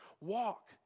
Walk